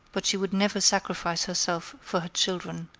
but she would never sacrifice herself for her children.